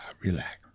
relax